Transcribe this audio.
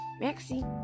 Merci